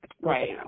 right